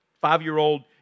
five-year-old